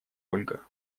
ольга